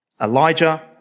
Elijah